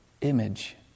image